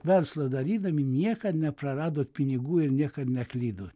verslą darydami niekad nepraradot pinigų ir niekad neklydo